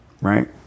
Right